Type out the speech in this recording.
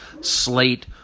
slate